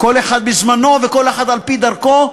כל אחד בזמנו וכל אחד על-פי דרכו,